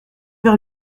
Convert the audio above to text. vers